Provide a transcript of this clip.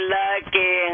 lucky